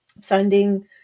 sending